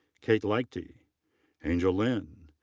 kate liechty angel lin.